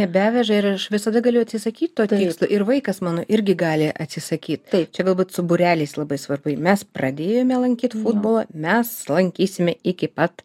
nebeveža ir aš visada galiu atsisakyt to tikslo ir vaikas mano irgi gali atsisakyt čia galbūt su būreliais labai svarbu mes pradėjome lankyt futbolą mes lankysime iki pat